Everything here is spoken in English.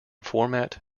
format